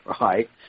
right